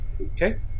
Okay